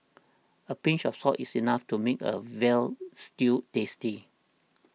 a pinch of salt is enough to make a Veal Stew tasty